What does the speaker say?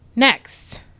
next